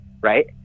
right